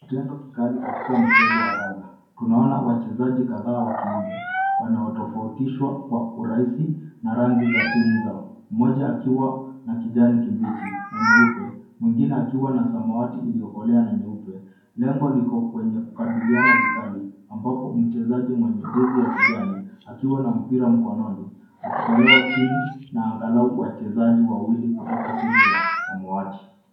Kitendo kikali katika mcheza wa raga. Tunaona wachezaji hawa wa kiume wanaotofautishwa kwa urahisi na rangi za timu zao. Mmoja akiwa na kijani kibichi na nyeupe, mwingine akiwa na samawati iliyokolea na nyeupe. Lengo liko kwenye kukabiliana vikali ambapo mchezaji mwenye jezi ya kijani akiwa na mpira mkononi akitolewa chini na nagalau wachezaji wawili kutoka timu ya samawati.